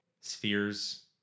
spheres